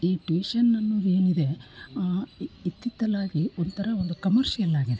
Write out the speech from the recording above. ಈ ಟ್ಯೂಷನ್ ಅನ್ನೋದು ಏನಿದೆ ಇತ್ತಿತ್ತಲಾಗಿ ಒಂಥರ ಒಂದು ಕಮರ್ಷಿಯಲ್ಲಾಗಿದೆ